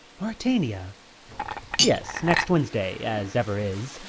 mauretania yes, next wednesday as ever is.